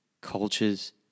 cultures